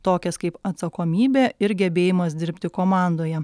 tokias kaip atsakomybė ir gebėjimas dirbti komandoje